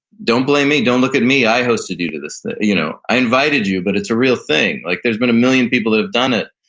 don't blame me. don't look at me. i hosted you to this. you know i invited you, but it's a real thing. like there's been a million people that have done it,